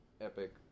epic